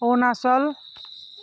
Arunachal